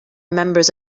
members